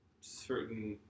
certain